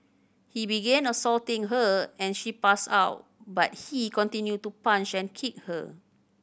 he began assaulting her and she passed out but he continued to punch and kick her